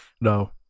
no